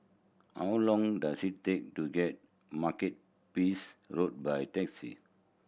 how long does it take to get peace Road by taxi